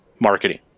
marketing